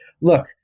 Look